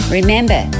Remember